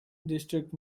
district